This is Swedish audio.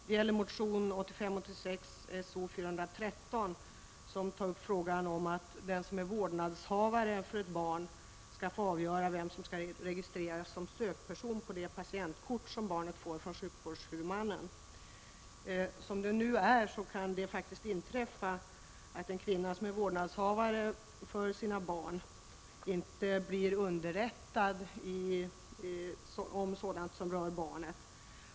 Det gäller motion 1985/86:S0413, som tar upp frågan om att barns vårdnadshavare skall få avgöra vem som skall registreras som sökperson på det patientkort som barnet får från sjukvårdshuvudmannen. I dag kan det faktiskt inträffa att en kvinna som är vårdnadshavare för sina barn inte blir underrättad om sådant som rör barnen.